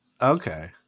Okay